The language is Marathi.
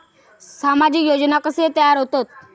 सामाजिक योजना कसे तयार होतत?